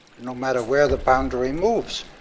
no matter where the boundary moves,